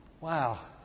Wow